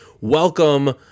welcome